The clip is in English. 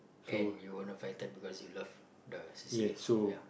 and you were affected because you love the c_c_a ya